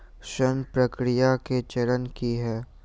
ऋण प्रक्रिया केँ चरण की है?